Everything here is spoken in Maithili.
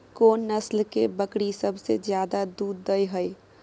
कोन नस्ल के बकरी सबसे ज्यादा दूध दय हय?